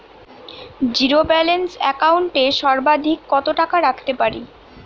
Zero balance account এ সর্বাধিক কত টাকা রাখতে পারি?